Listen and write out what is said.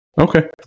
okay